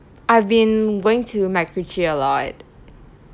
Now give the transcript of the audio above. I've been going to macritchie a lot